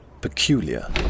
Peculiar